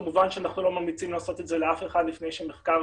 כמובן שאנחנו לא ממליצים לעשות את זה לאף אחד לפני שהמחקר